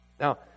Now